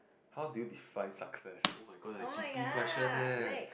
how do you define success oh-my-god like G_P question eh